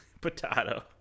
Potato